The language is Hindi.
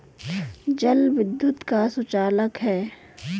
जल विद्युत का सुचालक है